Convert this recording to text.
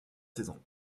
saisons